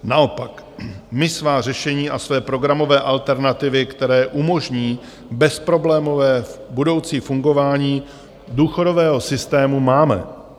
Naopak, my svá řešení a své programové alternativy, které umožní bezproblémové budoucí fungování důchodového systému, máme.